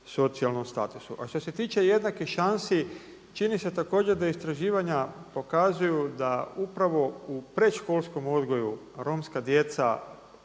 socijalnom statusu. A što se tiče jednakih šansi, čini se također da istraživanja pokazuju da upravo u predškolskom odgoju romska djeca